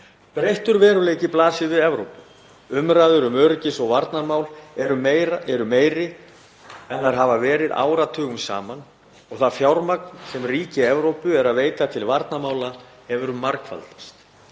Breyttur veruleiki blasir við Evrópu. Umræður um öryggis- og varnarmál eru meiri en þær hafa verið áratugum saman og það fjármagn sem ríki Evrópu veita til varnarmála hefur margfaldast.